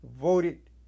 voted